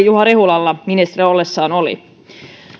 juha rehulalla ministerinä ollessaan oli